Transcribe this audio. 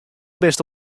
bist